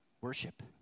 Worship